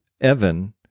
Evan